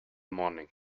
morning